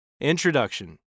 Introduction